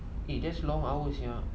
eh that's long hours sia